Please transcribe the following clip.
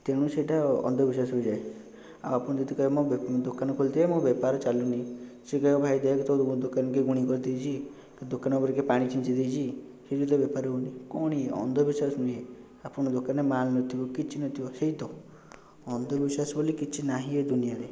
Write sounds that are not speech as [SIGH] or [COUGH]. ତେଣୁ ସେଇଟା ଅନ୍ଧବିଶ୍ୱାସରେ ଯାଏ ଆଉ ଆପଣ ଯଦି କହିବେ ମୋ ବେ ଦୋକାନ ଖୋଲିଥିଏ ମୋ ବେପାର ଚାଲୁନି ସେ କହିବ ଦେଖ ଭାଇ ତୋ ଦୋକାନ କୁ କିଏ ଗୁଣି କରିଦେଇଛି ଦୋକାନ ଉପରେ କିଏ ପାଣି ଛିଞ୍ଚି ଦେଇଛି [UNINTELLIGIBLE] ତୋ ବେପାର ହେଉନି କ'ଣ ଇଏ ଅନ୍ଧବିଶ୍ୱାସ ନୁହେଁ ଆପଣ ଦୋକାନରେ ମାଲ ନଥିବ କିଛି ନଥିବ ସେଇତ ଅନ୍ଧବିଶ୍ୱାସ ବୋଲି କିଛି ନାହିଁ ଏ ଦୁନିଆରେ